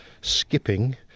skipping